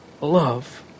love